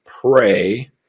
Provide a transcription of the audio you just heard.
Pray